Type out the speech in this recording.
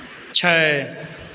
छै